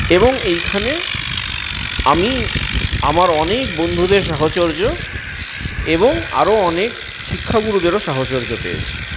এবং এইখানে আমি আমার অনেক বন্ধুদের সাহচর্য এবং আরো অনেক শিক্ষা গুরুদেরও সাহচর্য পেয়েছি